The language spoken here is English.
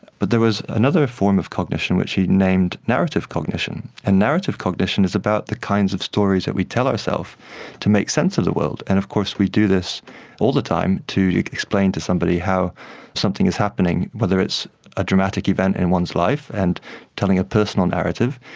but there was another form of cognition which he named narrative cognition, and narrative cognition is about the kinds of stories that we tell ourselves to make sense of the world, and of course we do this all the time to to explain to somebody how something is happening, whether it's a dramatic event in one's life and telling a personal narrative,